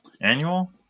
annual